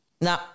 No